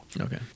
Okay